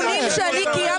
אתם.